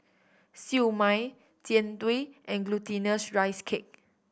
Siew Mai Jian Dui and Glutinous Rice Cake